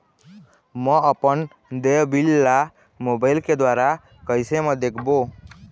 म अपन देय बिल ला मोबाइल के द्वारा कैसे म देखबो?